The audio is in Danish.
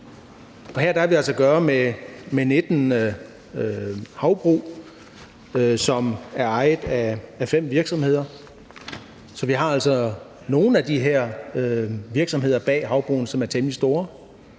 Her har vi altså at gøre med 19 havbrug, som er ejet af 5 virksomheder, så vi har altså nogle af de her virksomheder bag havbrugene, som er temmelig store,